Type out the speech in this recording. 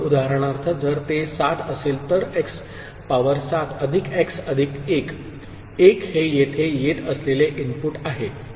उदाहरणार्थ जर ते 7 असेल तर x पॉवर 7 अधिक x अधिक 1 1 हे येथे येत असलेले इनपुट आहे